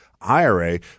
IRA